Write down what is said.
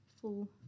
full